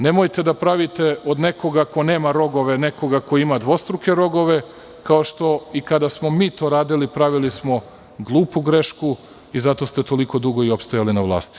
Nemojte da pravite od nekoga ko nema rogove nekoga ko ima dvostruke rogove, kao što, kada smo mi to radili, pravili smo glupu grešku i zato ste toliko dugo opstajali na vlasti.